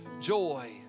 joy